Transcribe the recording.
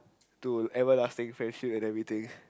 to everlasting friendship and everything